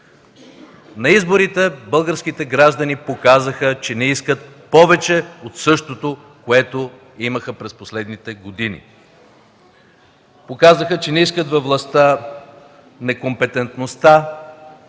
На изборите българските граждани показаха, че не искат повече от същото, което имаха през последните години. Показаха, че не искат във властта некомпетентността,